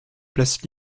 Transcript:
place